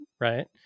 Right